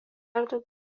daugiau